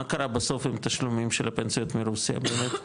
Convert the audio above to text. מה קרה בסוף עם תשלומים של הפנסיות מרוסיה, באמת?